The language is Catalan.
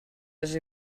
les